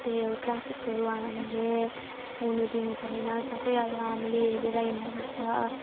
त्यही हो ट्राफिकहरू हामीले हुनु दिनुभएन सबै जग्गा हामीले हेरेर हिँड्नु पर्छ